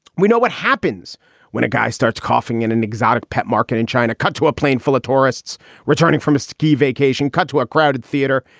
we know what happens when a guy starts coughing in an exotic pet market in china, cut to a plane full of tourists returning from a ski vacation, cut to a crowded theater.